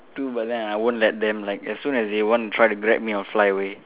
to but then I won't let them like as soon as they want to try to grab me I'll fly away